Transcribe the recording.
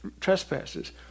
trespasses